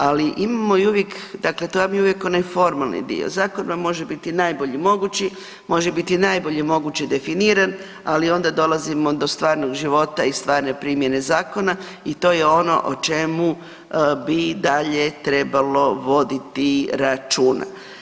Ali imamo i uvijek, dakle to vam je uvijek onaj formalni dio, zakon vam može biti najbolji mogući, može biti najbolje moguće definiran ali onda dolazimo do stvarnog života i stvarne primjene zakona i to je ono o čemu bi dalje trebalo voditi računa.